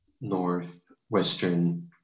Northwestern